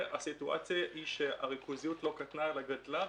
והסיטואציה היא שהריכוזיות לא קטנה אלא גדלה,